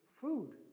Food